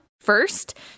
first